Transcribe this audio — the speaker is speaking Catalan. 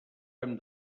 hem